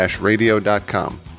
radio.com